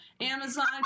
Amazon